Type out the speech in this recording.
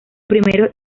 primeros